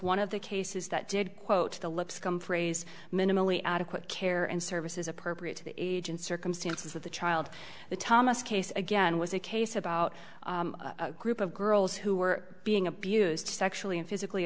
one of the cases that did quote the lipscomb phrase minimally adequate care and services appropriate to the agent circumstances of the child the thomas case again was a case about a group of girls who were being abused sexually and physically